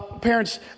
parents